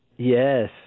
Yes